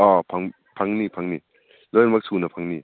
ꯑꯥꯎ ꯐꯪꯅꯤ ꯐꯪꯅꯤ ꯂꯣꯏꯅꯃꯛ ꯁꯨꯅ ꯐꯪꯅꯤ